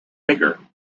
bigger